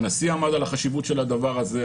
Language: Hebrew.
הנשיא עמד על החשיבות של הדבר הזה,